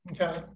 Okay